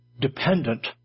dependent